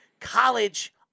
college